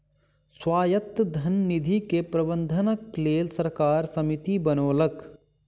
स्वायत्त धन निधि के प्रबंधनक लेल सरकार समिति बनौलक